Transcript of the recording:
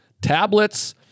tablets